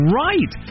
right